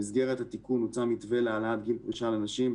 במסגרת התיקון הוצע מתווה להעלאת גיל פרישה לנשים,